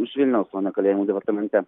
už vilniaus o ne kalėjimų departamente